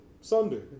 Sunday